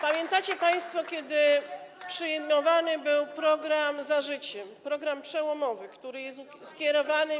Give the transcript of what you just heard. Pamiętacie państwo, co było, kiedy przyjmowany był program „Za życiem”, program przełomowy, który jest skierowany.